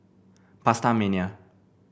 Pasta Mania